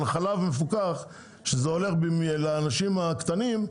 על חלב מפוקח שזה הולך לאנשים הקטנים,